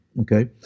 Okay